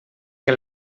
que